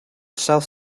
south